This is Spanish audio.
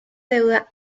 deuda